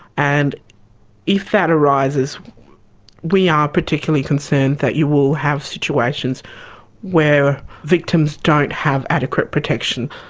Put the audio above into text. and if that arises we are particularly concerned that you will have situations where victims don't have adequate protection.